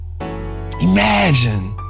Imagine